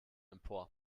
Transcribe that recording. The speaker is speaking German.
empor